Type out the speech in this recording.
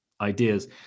ideas